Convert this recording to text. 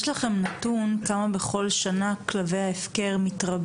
יש לכם נתון בכמה מתרבים כלבי ההפקר בכל שנה?